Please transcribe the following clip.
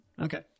Okay